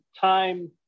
time